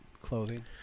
clothing